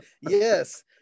Yes